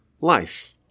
life